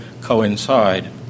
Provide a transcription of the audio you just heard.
coincide